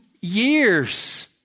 years